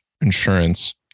insurance